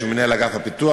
שהוא מנהל מינהל הפיתוח,